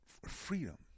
freedom